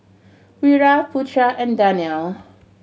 Wira Putra and Danial